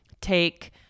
take